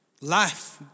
Life